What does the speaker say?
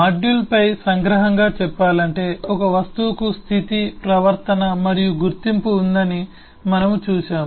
మాడ్యూల్పై సంగ్రహంగా చెప్పాలంటే ఒక వస్తువుకు స్థితి ప్రవర్తన మరియు గుర్తింపు ఉందని మనము చూశాము